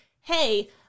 hey